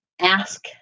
ask